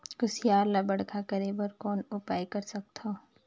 कुसियार ल बड़खा करे बर कौन उपाय कर सकथव?